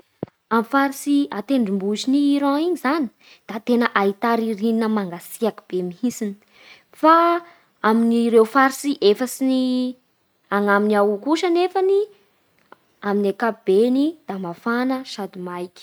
Amin'ny faritsy an-tendrombohits'i Iran igny zany da tena ahità ririnina mangatsiaky be mihitsiny. Fa amin'ireo faritsy efatsy agnaminy ao kosa anefany amin'ny ankapobeny da mafana sady maiky.